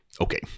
okay